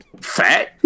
Fat